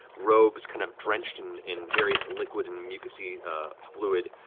robes kind of drenched and in various liquid and mucus-y fluid